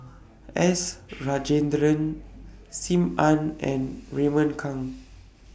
S Rajendran SIM Ann and Raymond Kang